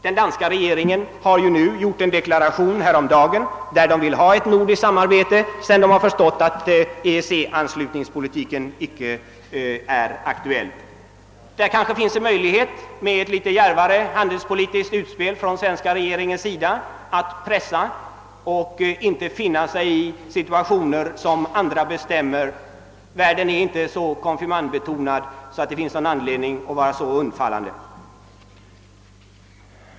— Den danska regeringen gjorde ju häromdagen en deklaration, där den förklarade: sig vilja ha ett nordiskt samarbete, sedan den förstått att EEC-anslutningspolitiken inte är aktuell. Kanske finns. det en möjlighet att med ett litet djärvare handelspolitiskt utspel från den svenska regeringens sida pressa på. och inte finna sig i en situation som andra bestämmer härvidlag. Världen är inte så konfirmandbetonad att det finns anledning att vara undfallande på detta sätt.